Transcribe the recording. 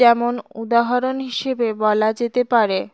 যেমন উদাহরণ হিসেবে বলা যেতে পারে